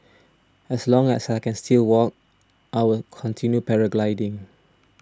as long as I can still walk I when continue paragliding